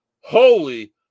Holy